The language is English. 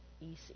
easy